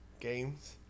Games